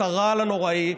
את הרעל הנוראי.